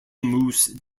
moose